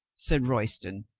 said royston,